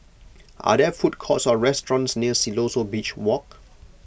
are there food courts or restaurants near Siloso Beach Walk